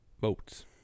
votes